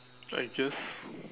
I guess